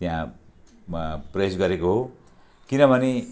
त्यहाँ प्रवेश गरेको हो किनभने